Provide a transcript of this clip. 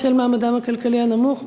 בשל מעמדם הכלכלי הנמוך,